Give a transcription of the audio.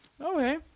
Okay